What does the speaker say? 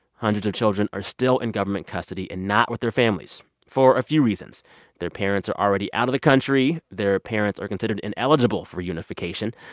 hundreds of children are still in government custody and not with their families for a few reasons their parents are already out of the country, their parents are considered ineligible for reunification,